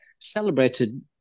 celebrated